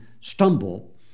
stumble